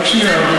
השר אורי אריאל,